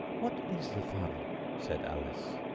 what is the fun said alice.